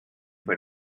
for